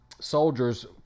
soldiers